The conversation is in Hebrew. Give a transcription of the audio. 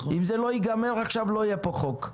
אם זה לא ייגמר עכשיו לא יהיה פה חוק.